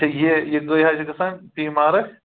تہٕ یہِ یہِ کٔہۍ حظ چھُ گژھان پی مارک